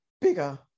bigger